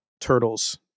Turtles